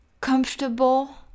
comfortable